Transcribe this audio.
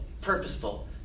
purposeful